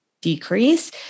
decrease